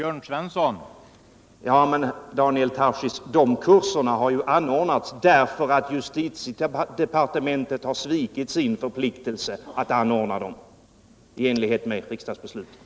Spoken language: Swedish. Herr talman! Men de kurserna, Daniel Tarschys, har anordnats därför att justitiedepartementet har svikit sin förpliktelse att anordna dem i enlighet med riksdagsbeslutet.